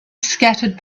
scattered